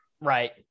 Right